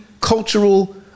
cultural